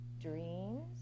dreams